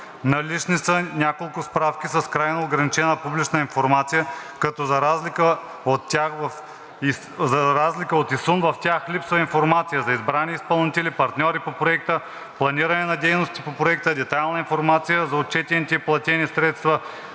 Налични са няколко справки с крайно ограничена публична информация, като за разлика от ИСУН в тях липсва информация за избрани изпълнители, партньори по проекта, планиране на дейности по проекта, детайлна информация за отчетените и платени средства,